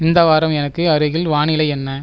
இந்த வாரம் எனக்கு அருகில் வானிலை என்ன